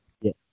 Yes